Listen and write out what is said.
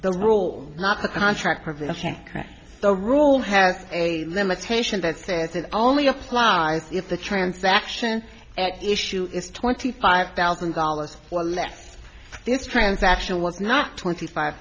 the rule not the contract provide the rule has a limitation that says it only applies if the transaction at issue is twenty five thousand dollars or less it's transactional was not twenty five